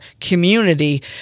community